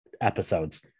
episodes